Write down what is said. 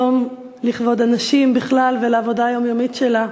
היום, לכבוד הנשים בכלל, ולעבודה היומיומית שלה